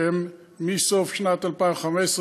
שהן מסוף שנת 2015,